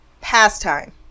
pastime